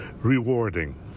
rewarding